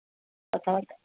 କଥାବାର୍ତ୍ତା